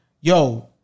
yo